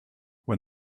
when